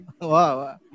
Wow